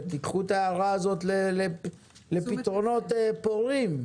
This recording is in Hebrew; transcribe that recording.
שתיקחו את ההערה הזאת לפתרונות פוריים.